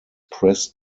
press